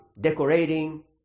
decorating